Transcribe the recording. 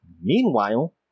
Meanwhile